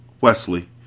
Wesley